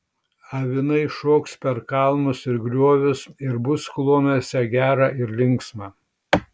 avinai šoks per kalnus ir griovius ir bus kloniuose gera ir linksma